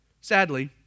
Sadly